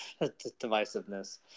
divisiveness